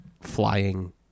flying